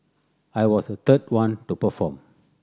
I was the third one to perform